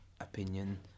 opinion